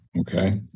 Okay